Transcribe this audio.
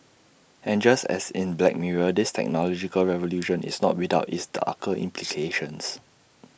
and just as in black mirror this technological revolution is not without its darker implications